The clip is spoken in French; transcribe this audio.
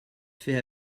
fait